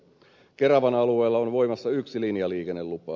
keravan alueella on voimassa yksi linjaliikennelupa